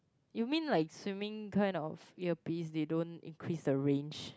you mean like swimming kind of earpiece they don't increase the range